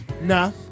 nah